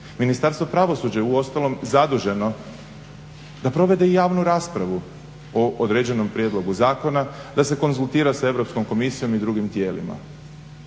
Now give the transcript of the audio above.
Ministarstvo pravosuđa je uostalom zaduženo da provede javnu raspravu o određenom prijedlogu zakona, da se konzultira sa Europskom komisijom i drugim tijelima,